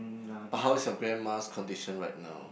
but how's your grandma's condition right now